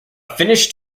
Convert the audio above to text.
finnish